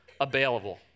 available